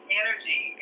energy